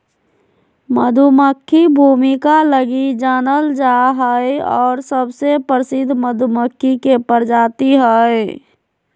मधुमक्खी भूमिका लगी जानल जा हइ और सबसे प्रसिद्ध मधुमक्खी के प्रजाति हइ